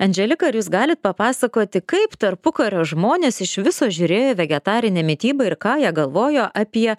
andželika ar jūs galit papasakoti kaip tarpukario žmonės iš viso žiūrėjo į vegetarinę mitybą ir ką jie galvojo apie